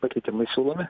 pakeitimai siūlomi